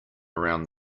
around